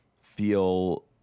feel